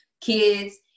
kids